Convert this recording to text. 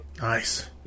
Nice